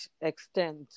extent